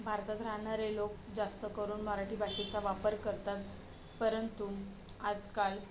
भारतात राहणारे लोक जास्त करून मराठी भाषेचा वापर करतात परंतु आजकाल